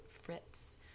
FRITZ